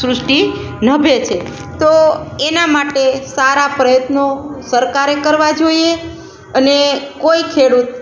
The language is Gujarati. સૃષ્ટિ નભે છે તો એનાં માટે સારા પ્રયત્નો સરકારે કરવાં જોઈએ અને કોઈ ખેડૂત